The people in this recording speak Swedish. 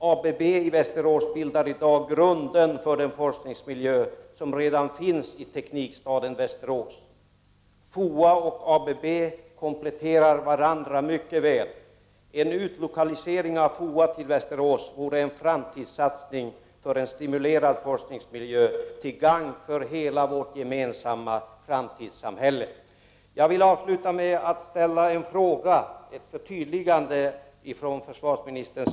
ABB i Västerås bildar i dag grunden för den forskningsmiljö som redan finns i teknikstaden Västerås. FOA och ABB kompletterar varandra mycket väl. En utlokalisering av FOA till Västerås vore en framtidssatsning som kunde ge upphov till en stimulering av denna forskningsmiljö, vilket skulle vara till gagn för hela vårt gemensamma framtidssamhälle. Jag vill avsluta med att be om ett förtydligande från försvarsministern.